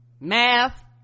math